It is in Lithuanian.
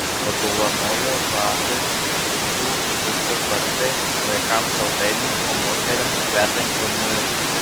padovanoju vadui pjūkliukų skustis barzdai vaikams saldainių o moterims kvepiančio muilo